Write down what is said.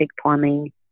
plumbing